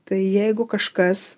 tai jeigu kažkas